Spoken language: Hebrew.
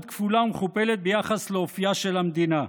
כפולה ומכופלת ביחס לאופייה של המדינה.